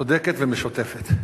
צודקת ומשותפת.